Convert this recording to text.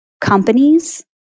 companies